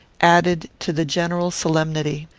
added to the general solemnity.